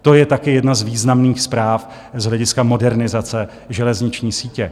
To je taky jedna z významných zpráv z hlediska modernizace železniční sítě.